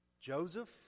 Joseph